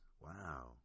Wow